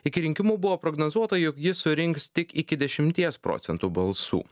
iki rinkimų buvo prognozuota jog jis surinks tik iki dešimties procentų balsų